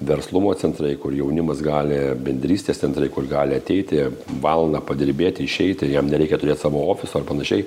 verslumo centrai kur jaunimas gali bendrystės centrai kur gali ateiti valandą padirbėti išeiti jam nereikia turėt savo ofiso ar panašiai